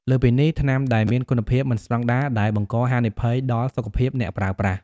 លើសពីនេះ ថ្នាំដែលមានគុណភាពមិនស្តង់ដារ ដែលបង្កហានិភ័យដល់សុខភាពអ្នកប្រើប្រាស់។